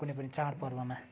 कुनै पनि चाडपर्वमा